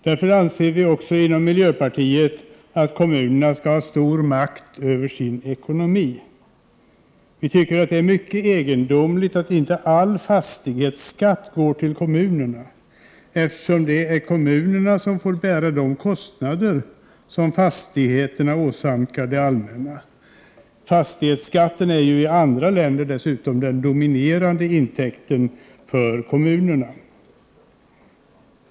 Därför anser vi inom miljöpartiet också att kommunerna skall ha stor makt över sin ekonomi. Vi tycker att det är mycket egendomligt att inte all fastighetsskatt går till kommunerna, eftersom det är kommunerna som får bära de kostnader som fastigheterna åsamkar det allmänna. Fastighetsskatten är ju i andra länder dessutom den dominerande intäkten för kommunerna.